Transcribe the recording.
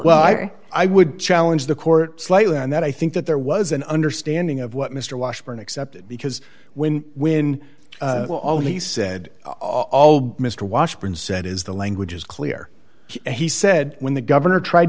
well i would challenge the court slightly and that i think that there was an understanding of what mr washburn accepted because when when he said all mr washburn said is the language is clear he said when the governor tried